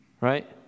Right